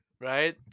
right